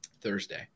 Thursday